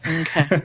Okay